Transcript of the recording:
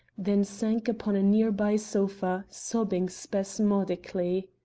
then sank upon a near-by sofa, sobbing spasmodically.